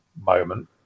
moment